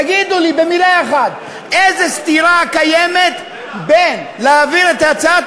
תגידו לי במילה אחת: איזו סתירה קיימת בין להעביר את הצעת